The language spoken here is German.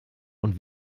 und